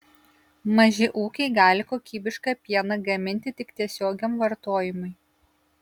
maži ūkiai gali kokybišką pieną gaminti tik tiesiogiam vartojimui